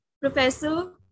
Professor